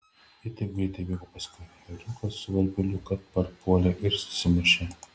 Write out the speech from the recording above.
ji taip greitai bėgo paskui ėriuką su varpeliu kad parpuolė ir susimušė